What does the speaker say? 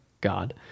God